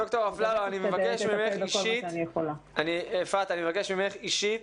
ד"ר אפללו, אני מבקש ממך אישית,